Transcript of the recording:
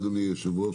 אדוני היושב-ראש,